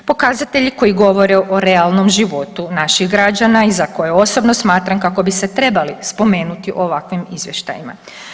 Pokazatelji koji govore o realnom životu naših građana i za koje osobno smatram kako bi se trebali spomenuti u ovakvim izvještajima.